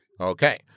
Okay